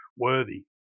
Worthy